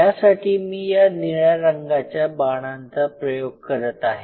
त्यासाठी मी या निळ्या रंगाच्या बाणांचा प्रयोग करत आहे